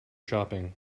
shopping